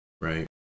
right